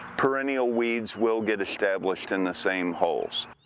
perennial weeds will get established in the same holes.